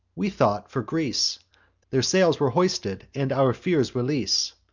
we thought, for greece their sails were hoisted, and our fears release.